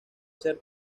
ser